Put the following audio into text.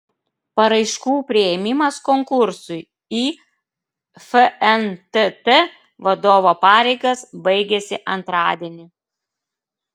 paraiškų priėmimas konkursui į fntt vadovo pareigas baigiasi antradienį